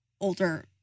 older